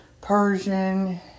Persian